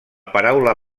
paraula